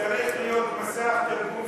צריך להיות מסך תרגום.